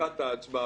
לקראת ההצבעה